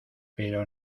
pero